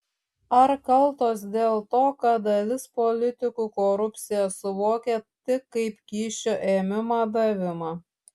ar kaltos dėl to kad dalis politikų korupciją suvokia tik kaip kyšio ėmimą davimą